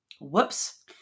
whoops